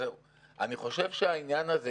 אני חושב שהעניין הזה,